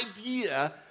idea